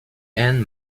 and